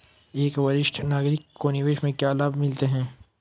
एक वरिष्ठ नागरिक को निवेश से क्या लाभ मिलते हैं?